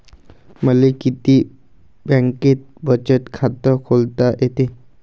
मले किती बँकेत बचत खात खोलता येते?